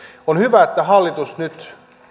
on hyvä että hallitus nyt